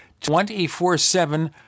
24-7